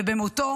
ובמותו